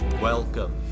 welcome